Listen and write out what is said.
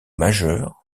majeurs